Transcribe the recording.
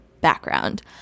background